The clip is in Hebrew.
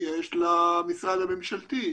יש פקס.